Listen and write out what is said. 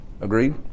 Agreed